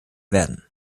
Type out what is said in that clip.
werden